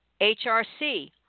HRC